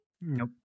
Nope